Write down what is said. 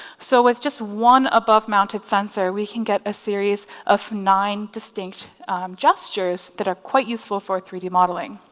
so with just one above mounted sensor we can get a series of nine distinct gestures that are quite useful for three d modeling.